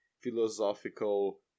philosophical